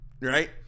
right